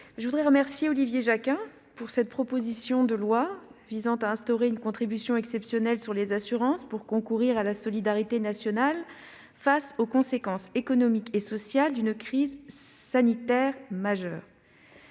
je remercie Olivier Jacquin de cette proposition de loi visant à instaurer une contribution exceptionnelle sur les assurances pour concourir à la solidarité nationale face aux conséquences économiques et sociales d'une crise sanitaire majeure.